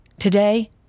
Today